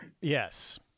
Yes